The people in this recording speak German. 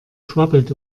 schwabbelt